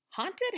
Haunted